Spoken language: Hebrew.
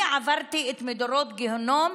אני עברתי מדורי גיהינום